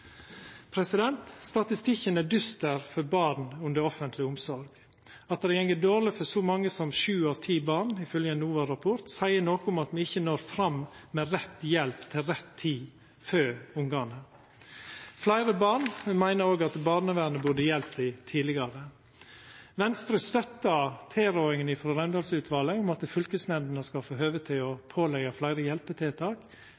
Statistikken er dyster for barn under offentleg omsorg. At det går dårleg for så mange som sju av ti barn ifølgje ein NOVA-rapport, seier noko om at me ikkje når fram med rett hjelp til rett tid for barna. Fleire barn meiner òg at barnevernet burde ha hjelpt dei tidlegare. Venstre støttar tilrådinga frå Raundalen-utvalet om at fylkesnemndene skal få høve til